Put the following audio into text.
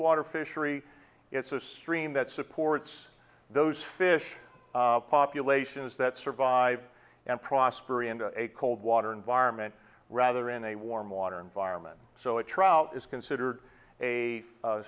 water fishery it's a stream that supports those fish populations that survive and prosper in a cold water environment rather in a warm water environment so a trout is considered a